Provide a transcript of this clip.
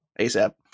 ASAP